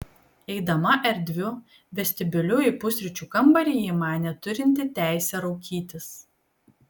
eidama erdviu vestibiuliu į pusryčių kambarį ji manė turinti teisę raukytis